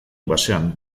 basean